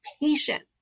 patient